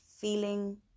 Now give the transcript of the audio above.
feeling